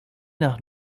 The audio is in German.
nach